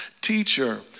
Teacher